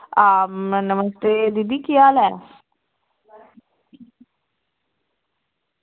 आं नमस्ते दीदी केह् हाल ऐ